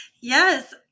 Yes